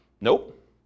Nope